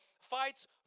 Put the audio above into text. fights